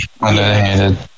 underhanded